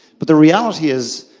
but the reality is,